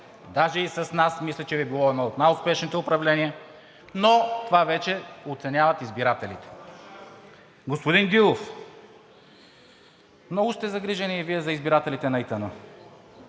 даже и с нас, мисля, че Ви е било едно от най-успешните управления, но това вече оценяват избирателите. Господин Дилов, много сте загрижени и Вие за избирателите на ИТН.